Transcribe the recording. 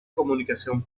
comunicación